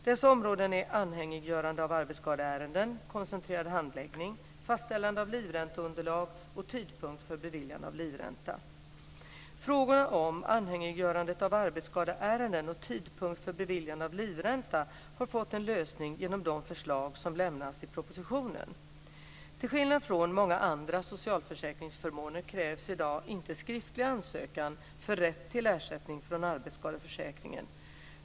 Dessa områden är anhängiggörande av arbetsskadeärenden, koncentrerad handläggning, fastställande av livränteunderlag och tidpunkt för beviljande av livränta. Frågorna om anhängiggörandet av arbetsskadeärenden och tidpunkt för beviljande av livränta har fått en lösning genom de förslag som lämnas i propositionen. Till skillnad från många andra socialförsäkringsförmåner krävs i dag inte skriftlig ansökan för rätt till ersättning från arbetsskadeförsäkringen.